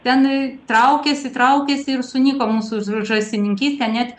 ten traukėsi traukėsi ir sunyko mūsų žąsininkystė net